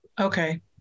Okay